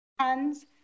tons